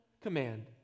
command